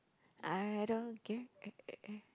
I don't give eh